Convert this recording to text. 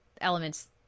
elements